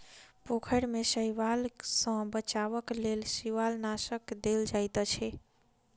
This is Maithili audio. पोखैर में शैवाल सॅ बचावक लेल शिवालनाशक देल जाइत अछि